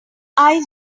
eyes